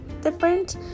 different